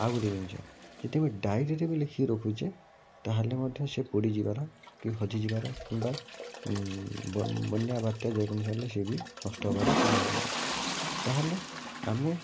ଆଉ ଗୋଟେ ଜିନିଷ ଯଦି ଆମେ ଡ଼ାଇରୀରେ ବି ଲେଖିକି ରଖୁଛେ ତାହାଲେ ମଧ୍ୟ ସେ ପୋଡ଼ିଯିବାର କି ହଜିଯିବାର କିମ୍ବା ବ ବନ୍ୟା ବାତ୍ୟା ଯେକୌଣସି ହେଲେ ସେ ବି ନଷ୍ଟ ହେବାର ସମ୍ଭାବନା ଅଛି ତାହେଲେ ଆମେ